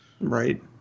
Right